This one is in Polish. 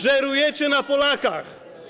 Żerujecie na Polakach.